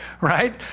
Right